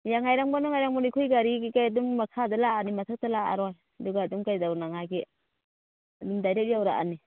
ꯉꯥꯏꯔꯝꯒꯅꯨ ꯉꯥꯏꯔꯝꯒꯅꯨ ꯑꯩꯈꯣꯏ ꯒꯥꯔꯤ ꯀꯔꯤ ꯀꯔꯤ ꯑꯗꯨꯝ ꯃꯈꯥꯗ ꯂꯥꯛꯑꯗꯤ ꯃꯊꯛꯇ ꯂꯥꯛꯑꯔꯣꯏ ꯑꯗꯨꯒ ꯑꯗꯨꯝ ꯀꯩꯗꯧꯅꯉꯥꯏꯒꯤ ꯑꯗꯨꯝ ꯗꯥꯏꯔꯦꯛ ꯌꯧꯔꯛꯂꯅꯤ